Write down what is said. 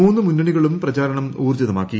മൂന്നു മുന്നണികളും പ്രചാരണം ഊർജ്ജിതമാക്കി